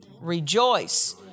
rejoice